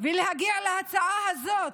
ועד להגיע להצעה הזאת,